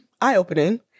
eye-opening